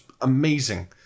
amazing